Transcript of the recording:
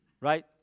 Right